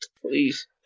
please